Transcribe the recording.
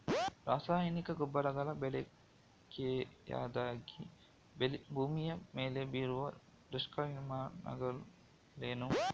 ರಾಸಾಯನಿಕ ಗೊಬ್ಬರಗಳ ಬಳಕೆಯಿಂದಾಗಿ ಭೂಮಿಯ ಮೇಲೆ ಬೀರುವ ದುಷ್ಪರಿಣಾಮಗಳೇನು?